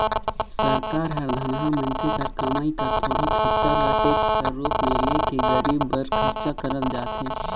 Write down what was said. सरकार हर धनहा मइनसे कर कमई कर थोरोक हिसा ल टेक्स कर रूप में ले के गरीब बर खरचा करल जाथे